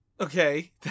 Okay